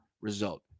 result